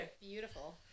Beautiful